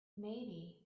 maybe